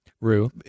Rue